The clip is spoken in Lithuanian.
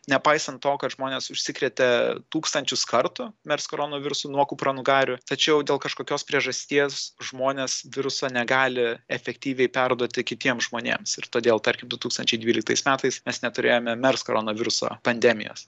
nepaisant to kad žmonės užsikrėtė tūkstančius kartų mers koronavirusu nuo kupranugarių tačiau dėl kažkokios priežasties žmonės viruso negali efektyviai perduoti kitiem žmonėms ir todėl tarkim du tūkstančiai dvyliktais metais mes neturėjome mers koronaviruso pandemijos